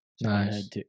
Nice